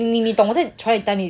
你你你懂我在 trying to tell you